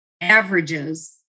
averages